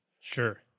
sure